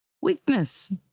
weakness